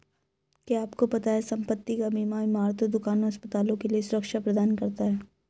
क्या आपको पता है संपत्ति का बीमा इमारतों, दुकानों, अस्पतालों के लिए सुरक्षा प्रदान करता है?